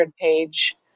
page